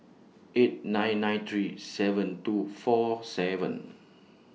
eight nine nine three seven two four seven